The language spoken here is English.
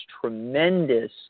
tremendous